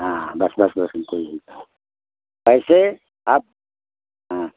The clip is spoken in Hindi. हाँ बस बस बस हमको यही था पैसे आप हाँ